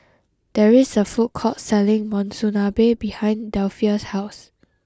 there is a food court selling Monsunabe behind Delphia's house